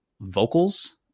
vocals